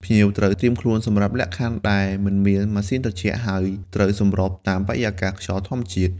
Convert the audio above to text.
ភ្ញៀវត្រូវត្រៀមខ្លួនសម្រាប់លក្ខខណ្ឌដែលមិនមានម៉ាស៊ីនត្រជាក់ ហើយត្រូវសម្របតាមបរិយាកាស ខ្យល់ធម្មជាតិ។